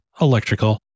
electrical